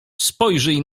spojrzyj